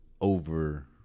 Over